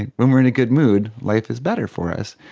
and when we are in a good mood, life is better for us,